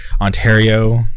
Ontario